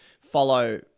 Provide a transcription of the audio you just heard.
follow